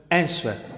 answer